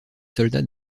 soldats